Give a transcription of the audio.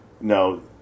No